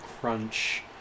crunch